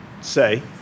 say